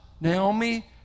Naomi